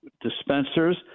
dispensers